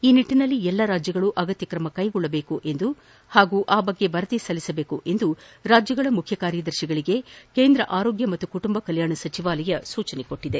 ಈ ನಿಟ್ಟನಲ್ಲಿ ಎಲ್ಲಾ ರಾಜ್ಯಗಳು ಅಗತ್ಯ ಕ್ರಮ ಕೈಗೊಳ್ಳಬೇಕು ಎಂದು ಆ ಬಗ್ಗೆ ವರದಿ ಸಲ್ಲಿಸಬೇಕು ಎಂದು ರಾಜ್ಯಗಳ ಮುಖ್ಯ ಕಾರ್ಯದರ್ಶಿಗಳಿಗೆ ಕೇಂದ್ರ ಆರೋಗ್ಯ ಮತ್ತು ಕುಟುಂಬ ಕಲ್ಕಾಣ ಸಚಿವಾಲಯ ಸೂಚಿಸಿದೆ